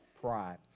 pride